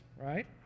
right